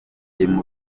bitaro